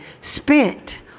spent